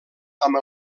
amb